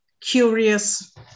curious